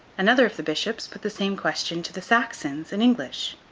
another of the bishops put the same question to the saxons, in english.